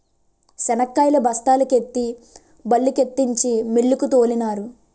శనక్కాయలు బస్తాల కెత్తి బల్లుకెత్తించి మిల్లుకు తోలినారు